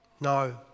No